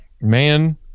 Man